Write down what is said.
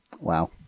Wow